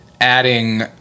adding